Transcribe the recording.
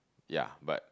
ya but